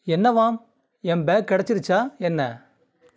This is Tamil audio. என்னவாம் என் பேக் கெடைச்சிடுச்சா என்ன